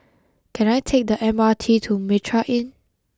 can I take the M R T to Mitraa Inn